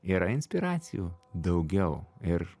yra inspiracijų daugiau ir